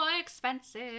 expensive